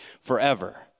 forever